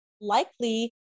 likely